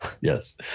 Yes